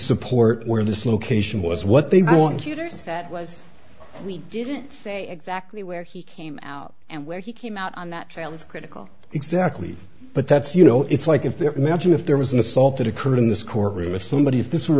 support where this location was what they want to there's that was we didn't say exactly where he came out and where he came out on that field critical exactly but that's you know it's like if there imagine if there was an assault that occurred in this courtroom if somebody if this were